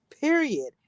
period